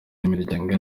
n’imiryango